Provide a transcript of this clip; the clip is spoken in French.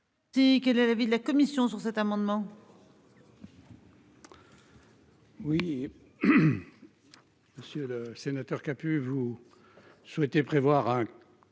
locales. Quel est l'avis de la commission sur cet amendement. Oui. Monsieur le sénateur Capu vous souhaitez prévoir